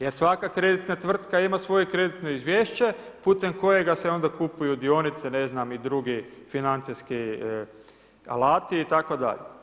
Jer svaka kreditna tvrtka ima svoje kreditno izvješće putem kojega se onda kupuju dionice i ne znam, i drugi financijski alati itd.